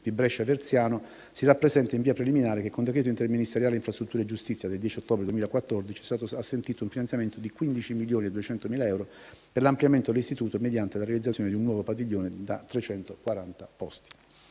di Brescia Verziano, si rappresenta, in via preliminare, che, con decreto interministeriale Infrastrutture/ Giustizia del 10 ottobre 2014, è stato assentito un finanziamento di 15,2 milioni di euro per l'ampliamento dell'istituto, mediante la realizzazione di un nuovo padiglione da 340 posti.